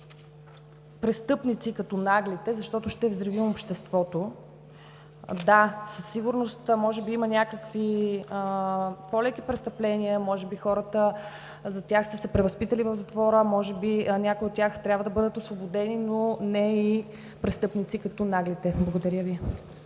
престъпници като „Наглите“, защото ще взривим обществото. Да, със сигурност може би има някакви по леки престъпления, може би хората за тях са се превъзпитали в затвора, може би някой от тях трябва да бъдат освободени, но не и престъпници като „Наглите“. Благодаря Ви.